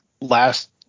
last